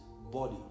body